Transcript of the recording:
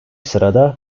sırada